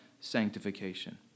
sanctification